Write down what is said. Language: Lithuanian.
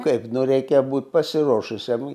kaip nu reikia būt pasiruošusiam